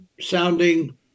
sounding